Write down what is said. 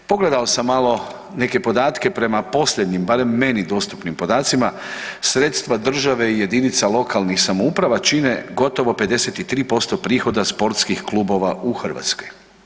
Pogledao sam malo neke podatke, prema posljednjim barem meni dostupnim podacima sredstava države i jedinica lokalnih samouprava čine gotovo 53% prihoda sportskih klubova u Hrvatskoj.